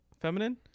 feminine